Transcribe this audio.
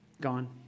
gone